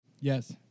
Yes